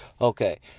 Okay